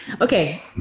Okay